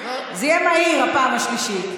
זה יהיה מהיר, הפעם השלישית.